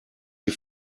die